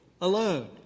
alone